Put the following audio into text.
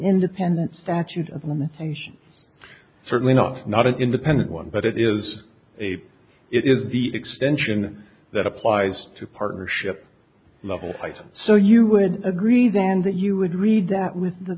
independent statute of limitation certainly not not an independent one but it is a it is the extension that applies to partnership level title so you would agree then that you would read that when the